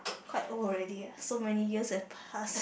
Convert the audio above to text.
quite old already ah so many years have passed